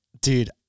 Dude